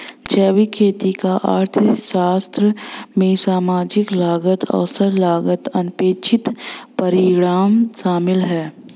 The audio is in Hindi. जैविक खेती का अर्थशास्त्र में सामाजिक लागत अवसर लागत अनपेक्षित परिणाम शामिल है